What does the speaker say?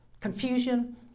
confusion